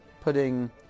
putting